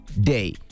day